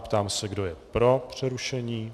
Ptám se, kdo je pro přerušení.